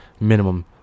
Minimum